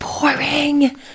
boring